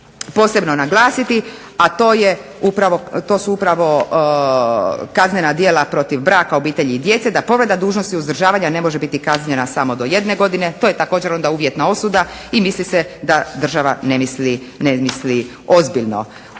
posebno naglasiti, a to su upravo kaznena djela protiv braka, obitelji i djece, da povreda dužnosti i uzdržavanja ne može biti kažnjena samo do jedne godine. To je također onda uvjetna osuda i misli se da država ne misli ozbiljno.